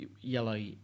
yellow